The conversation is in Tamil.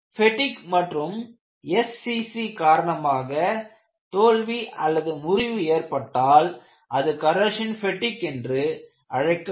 பெட்டிக் மற்றும் SCC காரணமாக தோல்வி முறிவு ஏற்பட்டால் அது கரோஷன் பெட்டிக் என்று அழைக்கப்படும்